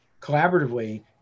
collaboratively